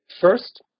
First